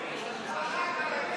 תחזור,